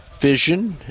vision